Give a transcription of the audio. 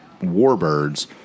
warbirds